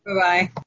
Bye-bye